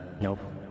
nope